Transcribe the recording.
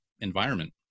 environment